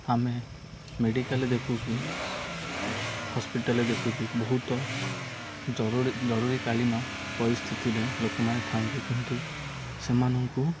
ଆମେ ମେଡ଼ିକାଲ୍ ଦେଖୁିକି ହସ୍ପିଟାଲ୍ ଦେଖୁିକି ବହୁତ ଜରୁରୀକାଳୀନ ପରିସ୍ଥିତିରେ ଲୋକମାନେ ଥାଆନ୍ତି କିନ୍ତୁ ସେମାନଙ୍କୁ